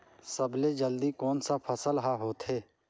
सबले जल्दी कोन सा फसल ह होथे?